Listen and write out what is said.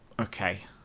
okay